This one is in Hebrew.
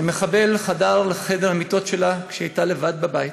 שמחבל חדר לחדר המיטות שלה כשהיא הייתה לבד בבית,